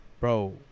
Bro